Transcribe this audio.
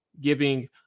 giving –